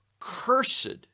Cursed